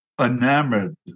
enamored